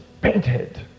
painted